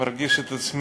אני מרגיש את עצמי,